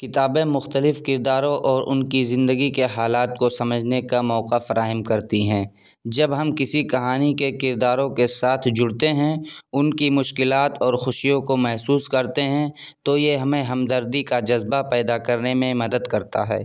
کتابیں مختلف کرداروں اور ان کی زندگی کے حالات کو سمجھنے کا موقع فراہم کرتی ہیں جب ہم کسی کہانی کے کرداروں کے ساتھ جڑتے ہیں ان کی مشکلات اور خوشیوں کو محسوس کرتے ہیں تو یہ ہمیں ہمدردی کا جذبہ پیدا کرنے میں مدد کرتا ہے